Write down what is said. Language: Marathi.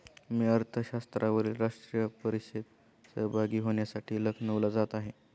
मी अर्थशास्त्रावरील राष्ट्रीय परिषदेत सहभागी होण्यासाठी लखनौला जात आहे